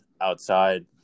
outside